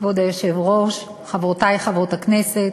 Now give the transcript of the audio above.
כבוד היושב-ראש, חברותי חברות הכנסת,